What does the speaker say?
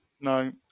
No